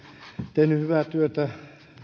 tehnyt hyvää työtä